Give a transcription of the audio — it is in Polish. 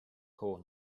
koło